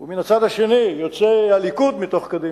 ומן הצד השני יוצאי הליכוד מתוך קדימה,